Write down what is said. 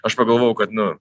aš pagalvojau kad nu